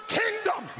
kingdom